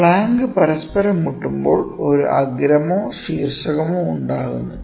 flank പരസ്പരം മുട്ടുമ്പോൾ ഒരു അഗ്രമോ ശീർഷകമോ ഉണ്ടാക്കുന്നു